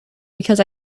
because